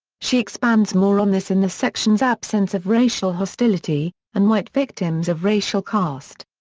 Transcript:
she expands more on this in the sections absence of racial hostility and white victims of racial cast.